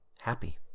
happy